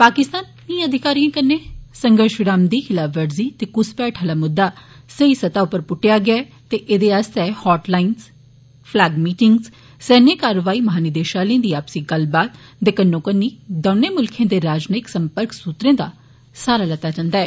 पाकिस्तानी अधिकारिएं कन्नै संघर्श विराम दी खलाफवर्जी ते घुसपैठ आला मुद्दा सेई सतह उप्पर पुट्टेआ गेआ ऐ ते एह्दे आस्तै हॉट लाईन पलैग मीटिंगस सैन्य कारवाई महानिदेषालये दी आपसी गल्लबात दे कन्नो कन्नी दौनें मुल्खें दे राजनयिक संपर्क सूत्रें दा सहारा लैता जंदा ऐ